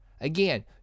Again